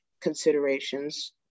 considerations